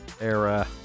era